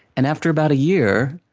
and, after about a year,